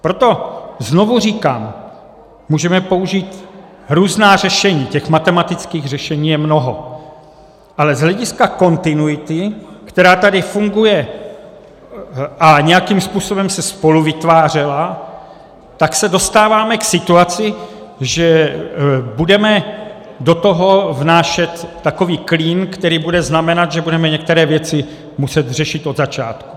Proto znovu říkám, můžeme používat různá řešení, těch matematických řešení je mnoho, ale z hlediska kontinuity, která tady funguje a nějakým způsobem se spoluvytvářela, se dostáváme k situaci, že do toho budeme vnášet takový klín, který bude znamenat, že budeme některé věci muset řešit od začátku.